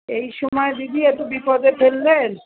এই সময় দিদি একটু বিপদে ফেললেন